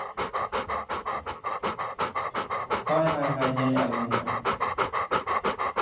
ᱦᱳᱭ ᱦᱳᱭ ᱦᱳᱭ ᱧᱮᱞᱮᱜᱼᱟ ᱵᱚᱱ ᱦᱟᱸᱜ